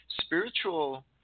spiritual